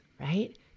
right